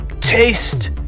taste